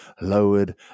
lowered